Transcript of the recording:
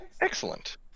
Excellent